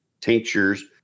tinctures